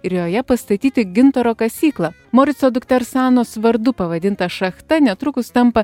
ir joje pastatyti gintaro kasyklą morico dukters anos vardu pavadinta šachta netrukus tampa